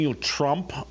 Trump